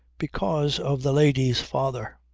because of the lady's father.